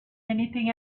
anything